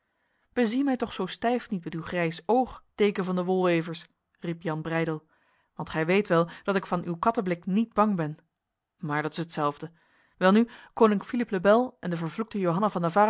bezie mij toch zo stijf niet met uw grijs oog deken van de wolwevers riep jan breydel want gij weet wel dat ik van uw kattenblik niet bang ben maar dat is hetzelfde welnu koning philippe le bel en de vervloekte johanna van